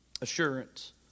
Assurance